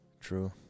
True